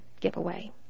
giveaway